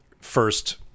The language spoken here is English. First